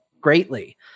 greatly